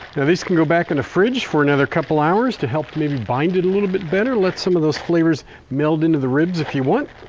now this can go back in the fridge for another couple hours to help maybe bind it a little bit better. let some of those flavors melt into the ribs if you want.